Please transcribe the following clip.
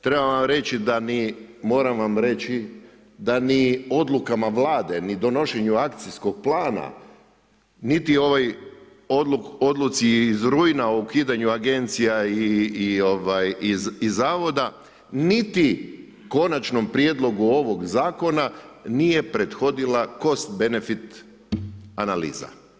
Trebam vam reći da ni, moram vam reći da ni odlukama vlade, ni donošenju akcijskog plana, niti ovoj odluci iz rujna o ukidanju agencija i zavoda, niti konačnom prijedlogu ovog zakona nije prethodila cost benefit analiza.